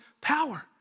power